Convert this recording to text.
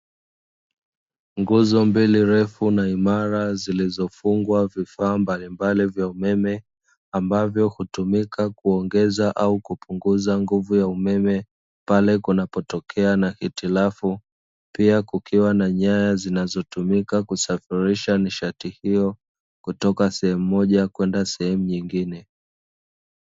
Nguzo mbili refu na imara zilizofungwa vifaa mbalimbali vya umeme ambavyo hutumika kuongeza au kupunguza nguvu ya umeme pale kunapotokea na hitilafu. pia kukiwa na nyaya zinazotumika kusafirisha nishati hiyo kutoka sehemu moja kwenda sehemu nyingjne.